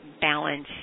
balance